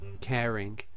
caring